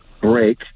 break